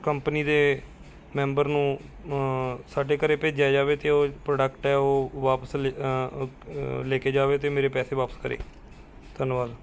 company ਦੇ member ਨੂੰ ਸਾਡੇ ਘਰੇ ਭੇਜਿਆ ਜਾਵੇ ਅਤੇ ਉਹ ਪ੍ਰੋਡਕਟ ਹੈ ਉਹ ਵਾਪਸ ਲ ਲੈ ਕੇ ਜਾਵੇ ਅਤੇ ਮੇਰੇ ਪੈਸੇ ਵਾਪਸ ਕਰੇ ਧੰਨਵਾਦ